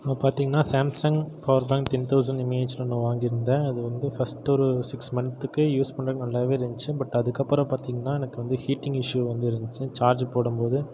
நம்ம பாத்திங்கனா Samsung power bank ten thousand MA ஹெச்சில ஒன்று வாங்கிருந்தேன் அது வந்து ஃபர்ஸ்ட்டு ஒரு சிக்ஸ் மந்த்துக்கு யூஸ் பண்ணுறதுக்கு நல்லாவே இருந்துச்சி பட் அதுக்கு அப்புறம் பாத்திங்கனா எனக்கு வந்து ஹீட்டிங் இஷ்யூ வந்து இருந்துச்சு சார்ஜு போடும்போது